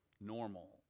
normal